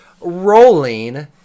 Rolling